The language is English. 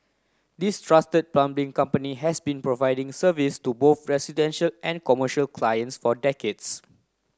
this trusted plumbing company has been providing service to both residential and commercial clients for decades